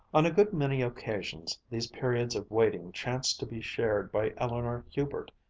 on a good many occasions these periods of waiting chanced to be shared by eleanor hubert,